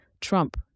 Trump